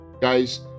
guys